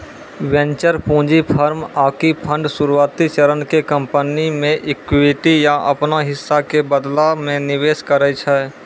venture पूंजी firm आकि fund शुरुआती चरण के कंपनी मे इक्विटी या अपनो हिस्सा के बदला मे निवेश करै छै